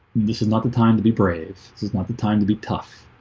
this is not the time to be brave. this is not the time to be tough